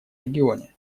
регионе